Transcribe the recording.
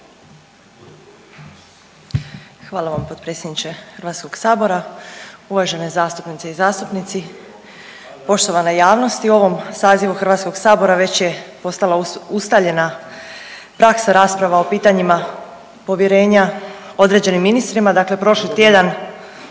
Hvala vam potpredsjedniče Hrvatskoga sabora. Uvažene zastupnice i zastupnici, poštovana javnosti. U ovom sazivu Hrvatskoga sabora već je postala ustaljena praksa rasprava o pitanjima povjerenja određenim ministrima. Dakle, prošli tjedan